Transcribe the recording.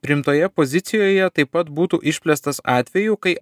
priimtoje pozicijoje taip pat būtų išplėstas atvejų kai